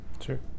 sure